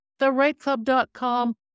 therightclub.com